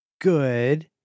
good